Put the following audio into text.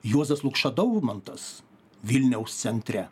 juozas lukša daumantas vilniaus centre